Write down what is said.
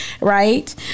right